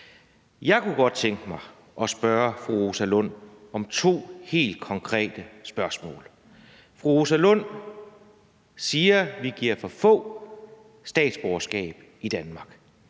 Jeg kunne godt tænke mig at spørge fru Rosa Lund om to helt konkrete ting. Fru Rosa Lund siger, at vi giver for få statsborgerskaber i Danmark.